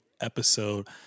episode